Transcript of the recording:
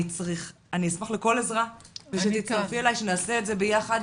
אני צריכה ואני אשמח לכל עזרה ושתצטרפי אליי ושנעשה את זה ביחד.